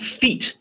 feet